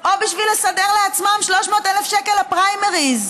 או בשביל לסדר לעצמם 300,000 שקל לפריימריז?